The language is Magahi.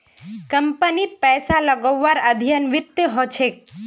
कम्पनीत पैसा लगव्वार अध्ययन वित्तत ह छेक